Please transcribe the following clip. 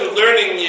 learning